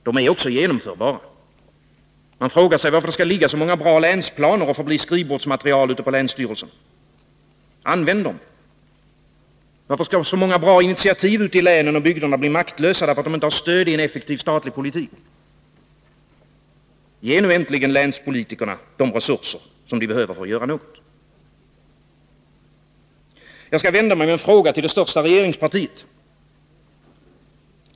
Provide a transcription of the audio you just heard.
De är också genomförbara. Man frågar sig: Varför skall det ligga så många bra länsplaner och förbli skrivbordsmaterial ute på länsstyrelserna? Använd dem! Varför skall så många bra initiativ ute i länen och bygderna förbli maktlösa därför att de inte har stöd i en effektiv statlig politik? Ge nu äntligen länspolitikerna de resurser som de behöver för att göra något. Jag skall vända mig med en fråga till det största regeringspartiet.